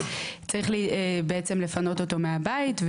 צריך בעצם לפנות אותו מהבית,